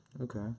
okay